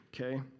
okay